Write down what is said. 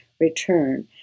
return